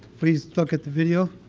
please look at the video.